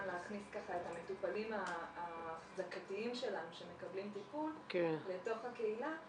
להכניס את המטופלים האחזקתיים שלנו שמקבלים טיפול לתוך הקהילה.